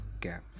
gap